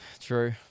True